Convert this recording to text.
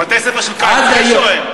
בתי-ספר של קיץ, יש או אין?